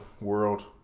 world